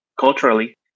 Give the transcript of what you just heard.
culturally